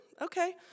okay